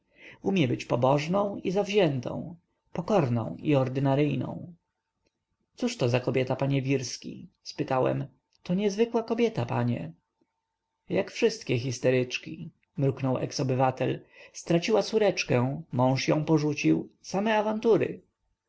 umie być pobożną i zawziętą pokorną i ordynaryjną cóżto za kobieta panie wirski spytałem to niezwykła kobieta panie jak wszystkie histeryczki mruknął eks-obywatel straciła córeczkę mąż ją porzucił same awantury